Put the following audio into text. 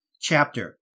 Chapter